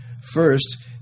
First